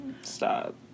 stop